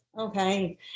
Okay